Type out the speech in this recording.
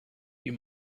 you